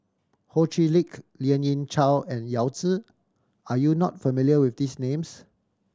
Ho Chee Lick Lien Ying Chow and Yao Zi are you not familiar with these names